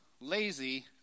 lazy